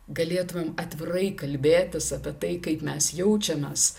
galėtumėm atvirai kalbėtis apie tai kaip mes jaučiamės